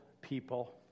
people